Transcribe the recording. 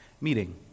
meeting